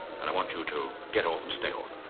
and i want you to get off and stay off.